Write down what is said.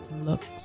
Looks